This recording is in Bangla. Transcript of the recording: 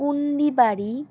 কুন্ডিবাড়ি